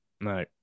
No